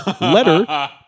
letter